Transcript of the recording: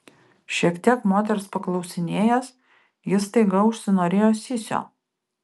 šiek tiek moters paklausinėjęs jis staiga užsinorėjo sysio